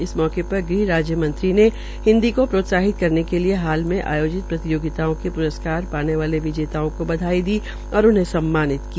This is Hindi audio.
इस मौकेपर ग़्ह राज्य मंत्री ने हिन्दी को प्रोत्साहिंत करने के लिए हाल में आयोजित प्रतियोगिता के प्रस्कार पाने वाले विजेताओं को बधाई दी और उन्हें सम्मानित किया